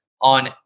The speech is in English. on